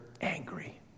angry